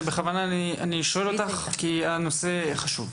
אני בכוונה שואל אותך כי הנושא חשוב.